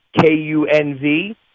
KUNV